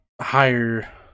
higher